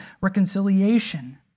reconciliation